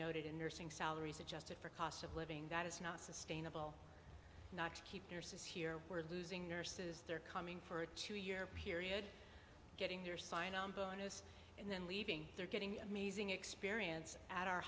noted in nursing salaries adjusted for cost of living that is not sustainable not to keep your says here we're losing nurses they're coming for a two year period getting their sign on bonus and then leaving they're getting amazing experience at our